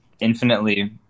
infinitely